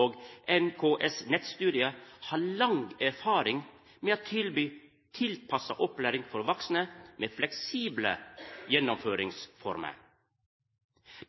og NKS Nettstudier har lang erfaring med å tilby tilpassa opplæring for vaksne, med fleksible gjennomføringsformer.